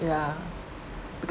ya bec~